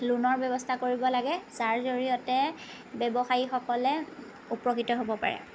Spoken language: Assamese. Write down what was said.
লোণৰ ব্য়ৱস্থা কৰিব লাগে যাৰ জৰিয়তে ব্য়ৱসায়ীসকলে উপকৃত হ'ব পাৰে